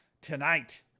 tonight